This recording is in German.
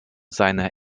seine